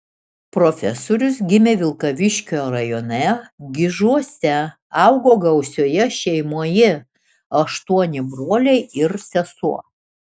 profesorius gimė vilkaviškio rajone gižuose augo gausioje šeimoje aštuoni broliai ir sesuo